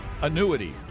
annuity